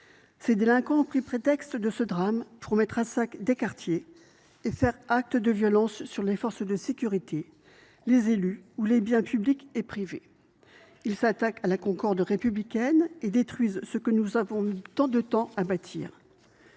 Ces délinquants ont pris prétexte de ce drame pour mettre à sac certains quartiers et commettre des violences contre les forces de sécurité, les élus ou les biens publics et privés. Ils se sont attaqués à la concorde républicaine et ont détruit ce que nous avons mis tant de temps à bâtir.